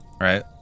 right